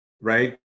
right